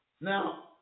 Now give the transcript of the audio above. Now